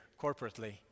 corporately